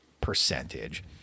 percentage